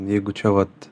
jeigu čia vat